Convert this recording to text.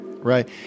Right